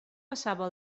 passava